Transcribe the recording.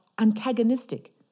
antagonistic